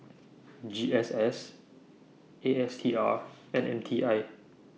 G S S A S T A R and M T I